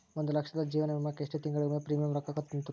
ಒಂದ್ ಲಕ್ಷದ ಜೇವನ ವಿಮಾಕ್ಕ ಎಷ್ಟ ತಿಂಗಳಿಗೊಮ್ಮೆ ಪ್ರೇಮಿಯಂ ರೊಕ್ಕಾ ತುಂತುರು?